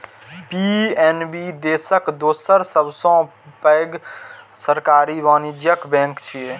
PNB देशक दोसर सबसं पैघ सरकारी वाणिज्यिक बैंक छियै